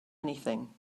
anything